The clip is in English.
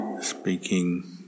speaking